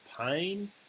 pain